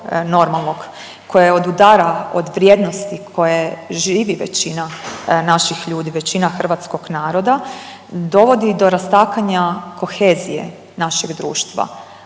koje odudara od vrijednosti koje živi većina naših ljudi, većina hrvatskog naroda dovodi do rastakanja kohezije našeg društva,